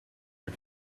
her